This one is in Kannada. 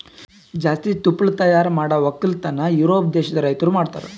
ಜಾಸ್ತಿ ತುಪ್ಪಳ ತೈಯಾರ್ ಮಾಡ್ ಒಕ್ಕಲತನ ಯೂರೋಪ್ ದೇಶದ್ ರೈತುರ್ ಮಾಡ್ತಾರ